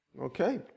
Okay